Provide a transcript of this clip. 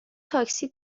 تاکسی